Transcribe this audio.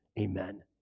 Amen